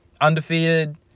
undefeated